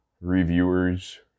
reviewers